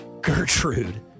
Gertrude